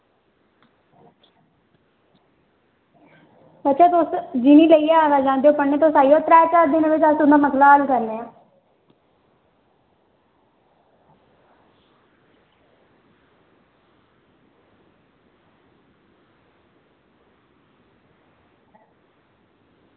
बच्चा तुस जिन्नी लेइयै आई जंदे ओह् त्रैऽ चार दिनें च अस तुंदा मसला हल्ल करने आं